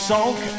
Sulk